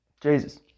jesus